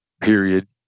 period